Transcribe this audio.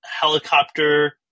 helicopter